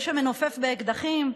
זה שמנופף באקדחים,